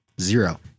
Zero